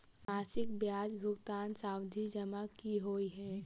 मासिक ब्याज भुगतान सावधि जमा की होइ है?